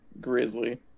Grizzly